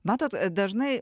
matot dažnai